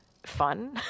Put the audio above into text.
fun